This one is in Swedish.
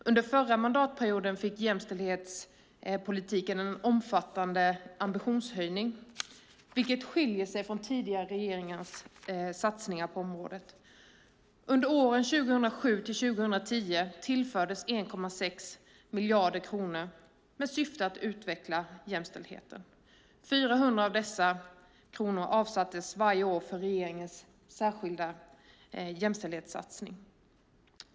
Under förra mandatperioden fick jämställdhetspolitiken en omfattande ambitionshöjning, vilket skiljer sig från tidigare regeringars satsningar på området. Under åren 2007-2010 tillfördes 1,6 miljarder kronor med syfte att utveckla jämställdheten. 400 miljoner kronor av dessa avsattes varje år för regeringens särskilda jämställdhetssatsning.